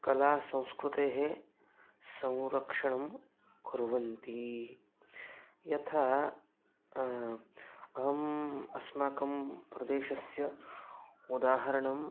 कलासंस्कृतेः संरक्षणं कुर्वन्ति यथा अहम् अस्माकं प्रदेशस्य उदाहरणम्